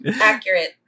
accurate